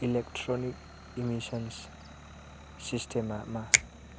electronic emissions सिस्टेमआ मा